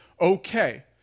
okay